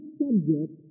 subject